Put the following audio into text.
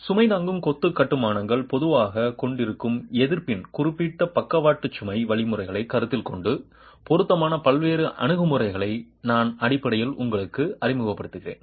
சுமை தாங்கும் கொத்து கட்டுமானங்கள் பொதுவாகக் கொண்டிருக்கும் எதிர்ப்பின் குறிப்பிட்ட பக்கவாட்டு சுமை வழிமுறைகளைக் கருத்தில் கொண்டு பொருத்தமான பல்வேறு அணுகுமுறைகளை நான் அடிப்படையில் உங்களுக்கு அறிமுகப்படுத்துகிறேன்